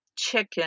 chicken